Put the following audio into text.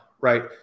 right